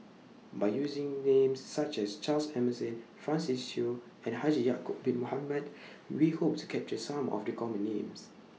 By using Names such as Charles Emmerson Francis Seow and Haji Ya'Acob Bin Mohamed We Hope to capture Some of The Common Names